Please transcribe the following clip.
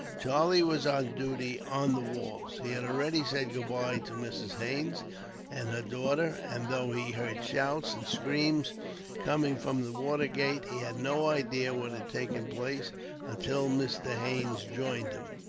charlie was on duty, on the walls. he had already said goodbye to mrs. haines and her daughter, and though he heard shouts and screams coming from the watergate, he had no idea what had taken place until mr. haines joined him.